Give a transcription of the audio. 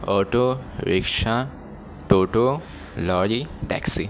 auto rickshaw toto lorry taxi